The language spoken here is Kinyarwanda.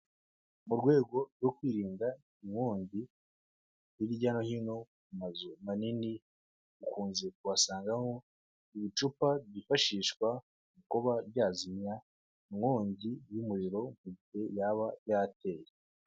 Mu rwego rwo kwirinda inkongi, hirya no hino mu mazu manini, ukunze kuhasangaho ibicupa byifashishwa mu kuba byazimya inkongi y'umuriro mu gihe yaba yateye.